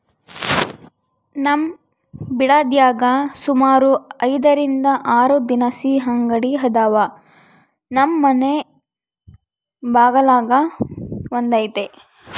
ನಮ್ ಬಿಡದ್ಯಾಗ ಸುಮಾರು ಐದರಿಂದ ಆರು ದಿನಸಿ ಅಂಗಡಿ ಅದಾವ, ನಮ್ ಮನೆ ಬಗಲಾಗ ಒಂದೈತೆ